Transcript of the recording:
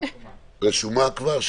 רשומה כבר,